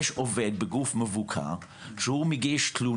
אני באמצע דבריי, אם לא שמת לב.